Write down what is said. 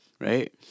right